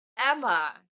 Emma